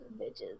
Bitches